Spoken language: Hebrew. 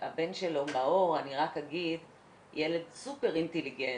שהבן שלו נאור, ילד סופר אינטליגנט,